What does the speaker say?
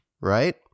right